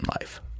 life